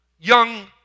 young